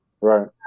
Right